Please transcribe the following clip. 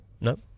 No